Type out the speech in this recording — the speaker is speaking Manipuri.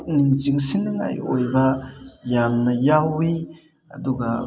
ꯄꯨꯛꯅꯤꯡ ꯆꯤꯡꯁꯟꯅꯉꯥꯏ ꯑꯣꯏꯕ ꯌꯥꯝꯅ ꯌꯥꯎꯋꯤ ꯑꯗꯨꯒ